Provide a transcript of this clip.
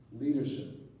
leadership